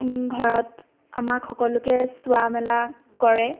ঘৰত আমাক সকলোকে চোৱা মেলা কৰে